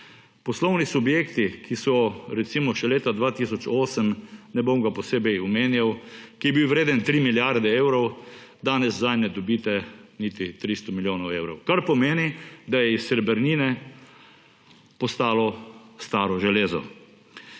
Poslovni subjekt, ki je bil recimo še leta 2008, ne bom ga posebej omenjal, vreden 3 milijarde evrov, danes zanj ne dobite niti 300 milijonov evrov, kar pomeni, da je iz srebrnine nastalo staro železo.